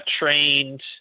trained